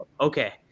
okay